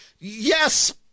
yes